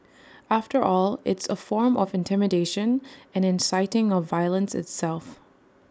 after all it's A form of intimidation and inciting of violence itself